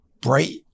bright